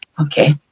Okay